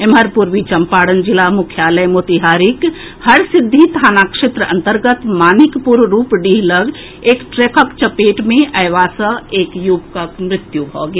एम्हर पूर्वी चंपारण जिला मुख्यालय मोतिहारीक हरसिद्धी थाना क्षेत्र अंतर्गत मानिकपुर रूपडीह लऽग एक ट्रकक चपेट मे अएबा सॅ एक युवकक मृत्यु भऽ गेल